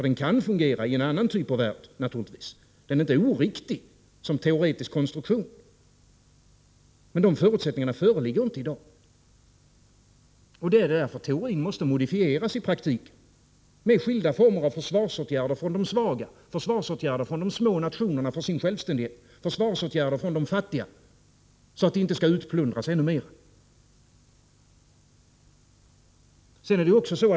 Teorin kan naturligtvis fungera i en annan typ av värld, för den är inte oriktig som teoretisk konstruktion. Men de förutsättningarna föreligger inte i dag. Därför måste teorin modifieras i praktiken med skilda former av försvarsåtgärder från de svaga, från de små nationerna, för sin självständighet, från de fattiga, så att de inte utplundras ännu mer.